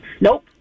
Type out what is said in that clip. Nope